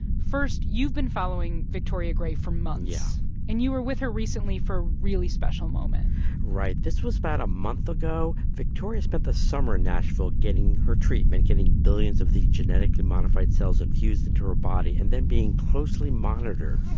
first, you've been following victoria gray for months yeah and you were with her recently for a really special moment right. this was about a month ago. victoria spent the summer in nashville getting her treatment, getting billions of the genetically modified cells infused into her body and then being closely monitored